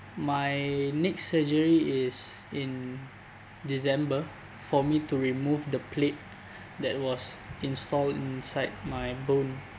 my next surgery is in december for me to remove the plate that was installed inside my bone